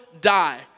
die